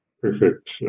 perfect